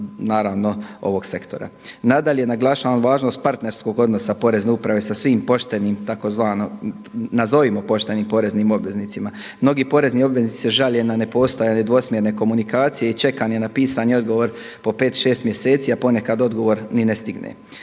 naravno ovog sektora. Nadalje, naglašavam važnost partnerskog odnosa Porezne uprave sa svim poštenim, nazovimo poštenim poreznim obveznicima. Mnogi porezni obvezni se žale na ne postojanje dvosmjerne komunikacije i čekanja na pisani odgovor po pet, šest mjeseci, a ponekad odgovor ni ne stigne.